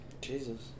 Jesus